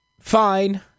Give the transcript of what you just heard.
fine